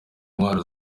intwaro